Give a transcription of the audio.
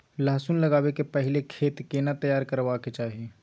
लहसुन लगाबै के पहिले खेत केना तैयार करबा के चाही?